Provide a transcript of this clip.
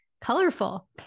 colorful